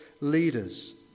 leaders